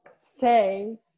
say